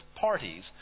parties